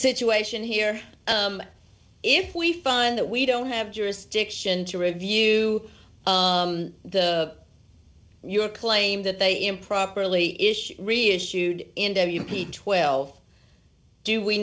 situation here if we find that we don't have jurisdiction to review the your claim that they improperly issued reissued into u p twelve do we